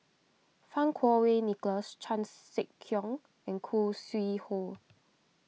Fang Kuo Wei Nicholas Chan Sek Keong and Khoo Sui Hoe